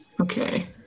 Okay